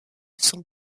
sont